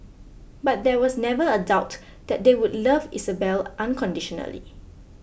but there was never a doubt that they would love Isabelle unconditionally